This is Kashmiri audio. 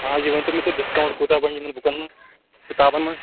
آ یہِ ؤنۍتَو مےٚ تُہۍ ڈِسکاونٛٹ کوٗتاہ بنہِ یِمن بُکن منٛز کِتابن منٛز